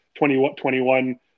2021